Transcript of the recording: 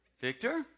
Victor